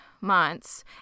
months